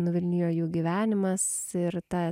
nuvilnijo jų gyvenimas ir ta